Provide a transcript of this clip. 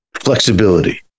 Flexibility